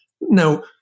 Now